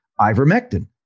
ivermectin